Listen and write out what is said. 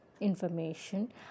information